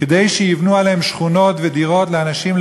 כדי שיבנו עליהן שכונות לאנשים,